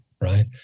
right